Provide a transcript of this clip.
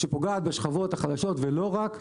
שפוגעת בשכבות חלשות ולא רק בהן.